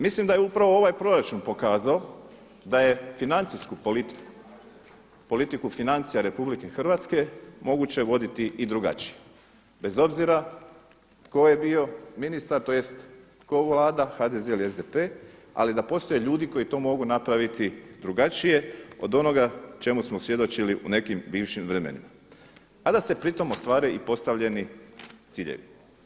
Mislim da je upravo ovaj proračun pokazao da je financijsku politiku, politiku financija RH moguće voditi i drugačije, bez obzira tko je bio ministar, tj. tko Vlada HDZ ili SDP ali da postoje ljudi koji to mogu napraviti drugačije od onoga čemu smo svjedočili u nekim bivšim vremenima a da se pri tome ostvare i postavljeni ciljevi.